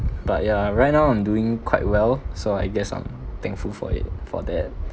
but yeah right now I'm doing quite well so I guess I'm thankful for it for that